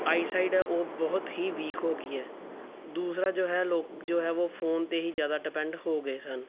ਆਈ side ਆ ਉਹ ਬਹੁਤ ਹੀ ਵੀਕ ਹੋ ਗਈ ਹੈ ਦੂਸਰਾ ਜੋ ਹੈ ਲੋਕ ਜੋ ਹੈ ਵੋ ਫੋਨ 'ਤੇ ਹੀ ਜ਼ਿਆਦਾ ਡਿਪੈਂਡ ਹੋ ਗਏ ਸਨ